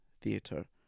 theatre